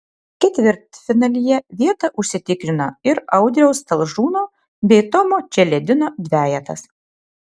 ketvirtfinalyje vietą užsitikrino ir audriaus talžūno bei tomo čeledino dvejetas